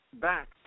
back